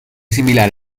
similar